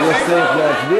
מכיוון שהסרנו את ההסתייגות,